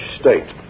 state